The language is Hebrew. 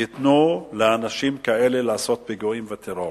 ייתנו לאנשים כאלה לעשות פיגועים וטרור.